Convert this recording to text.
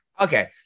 Okay